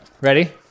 Ready